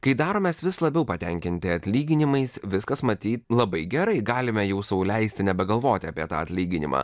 kai daromės vis labiau patenkinti atlyginimais viskas matyt labai gerai galime jau sau leisti nebegalvoti apie tą atlyginimą